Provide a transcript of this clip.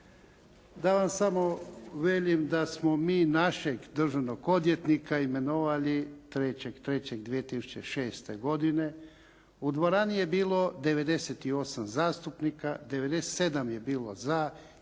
Da vam samo velim da smo mi našeg državnog odvjetnika imenovali 3.3.2006. godine. U dvorani je bilo 98 zastupnika, 97 je bilo za, 1 je